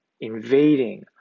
invading